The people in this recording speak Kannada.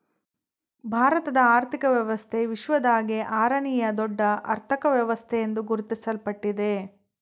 ಭಾರತದ ಆರ್ಥಿಕ ವ್ಯವಸ್ಥೆ ವಿಶ್ವದಾಗೇ ಆರನೇಯಾ ದೊಡ್ಡ ಅರ್ಥಕ ವ್ಯವಸ್ಥೆ ಎಂದು ಗುರುತಿಸಲ್ಪಟ್ಟಿದೆ